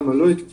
כמה לא יתקינו.